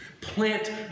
Plant